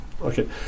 Okay